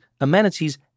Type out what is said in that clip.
amenities